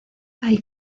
hay